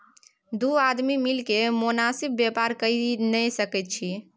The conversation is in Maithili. दू आदमी मिलिकए मोनासिब बेपार कइये नै सकैत छै